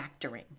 factoring